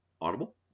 audible